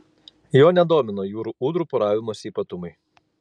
jo nedomino jūrų ūdrų poravimosi ypatumai